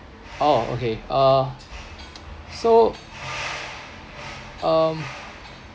oh okay uh so(um)